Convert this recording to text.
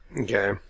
Okay